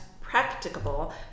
practicable